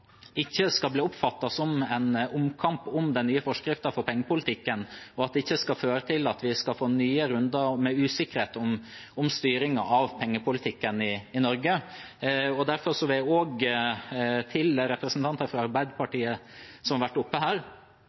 ikke blir oppfattet som en omkamp om den nye forskriften for pengepolitikken, og at det ikke fører til nye runder med usikkerhet om styringen av pengepolitikken i Norge. Derfor vil jeg også si til representanter fra Arbeiderpartiet som har vært oppe her,